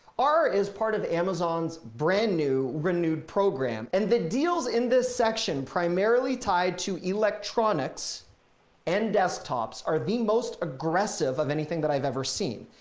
is part of the amazon's brand new renewed program and the deals in this section primarily tied to electronics and desktops are the most aggressive of anything that i've ever seen.